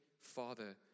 Father